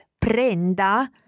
prenda